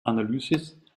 analysis